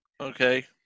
Okay